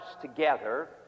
together